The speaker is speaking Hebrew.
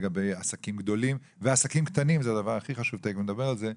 לגבי עסקים גדולים ועסקים קטנים שזה הדבר הכי חשוב ותכף נדבר עליהם.